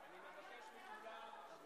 אנו עוברים